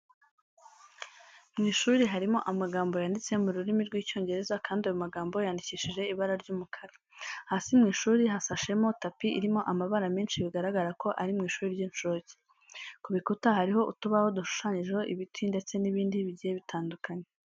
Mu ishuri harimo amagambo yanditse mu rurimi rw'Icyongereza kandi ayo magambo yandikishije ibara ry'umukara. Hasi mu ishuri hasashemo tapi irimo amabara menshi bigaragara ko ari mu ishuri ry'inshuke. Ku bikuta hariho utubaho dushushanyijeho ibiti ndetse n'ibindi bigiye bitandukanye.